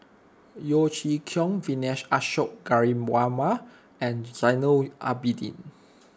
Yeo Chee Kiong Vijesh Ashok Ghariwala and Zainal Abidin